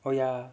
oh ya